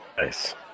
Nice